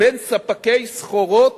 בין ספקי סחורות,